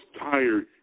tired